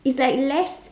is like less